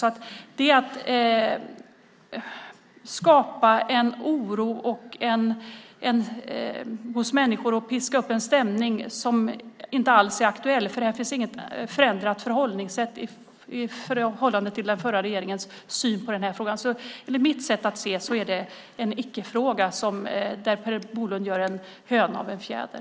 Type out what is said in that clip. Det är att skapa en oro hos människor och piska upp en stämning över något som inte alls är aktuellt, för det finns inget förändrat förhållningssätt i förhållande till den förra regeringens syn på den här frågan. Enligt mitt sätt att se det är det en ickefråga. Per Bolund gör en höna av en fjäder.